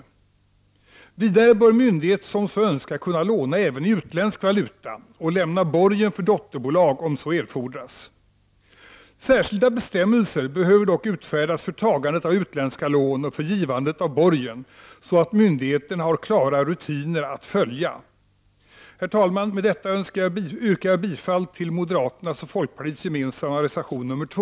Vidare bör myndighet som så önskar kunna låna även i utländsk valuta och lämna borgen för dotterbolag, om så erfordras. Särskilda bestämmelser behöver dock utfärdas för tagandet av utländska lån och för givandet av borgen, så att myndigheterna har klara rutiner att följa. Herr talman! Med detta yrkar jag bifall till moderaternas och folkpartiets gemensamma reservation nr 2.